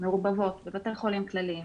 מעורבבות בבתי חולים כלליים.